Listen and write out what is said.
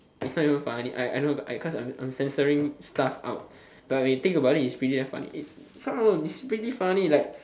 it's not even funny I I know because I'm censoring stuff out but when you think about it come on it's pretty damn funny like come on it's pretty funny like